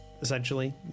essentially